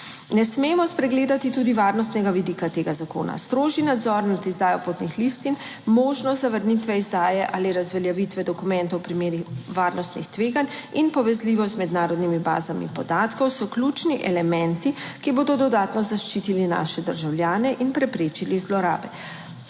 Ne smemo spregledati tudi varnostnega vidika tega zakona. Strožji nadzor nad izdajo potnih listin, možnost zavrnitve izdaje ali razveljavitve dokumentov v primerih varnostnih tveganj in povezljivost z mednarodnimi bazami podatkov, so ključni elementi, ki bodo dodatno zaščitili naše državljane in preprečili zlorabe.